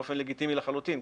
באופן לגיטימי לחלוטין.